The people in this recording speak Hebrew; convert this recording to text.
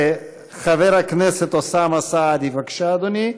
חבר הכנסת אוסאמה סעדי, בבקשה, אדוני.